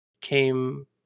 came